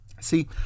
See